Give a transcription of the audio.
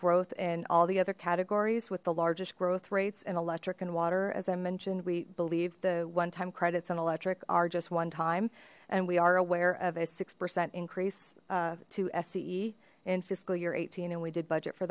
growth in all the other categories with the largest growth rates and electric and water as i mentioned we believe the one time credits on electric are just one time and we are aware of a six percent increase to sce in fiscal year eighteen and we did budget for